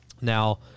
Now